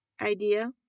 idea